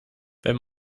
wenn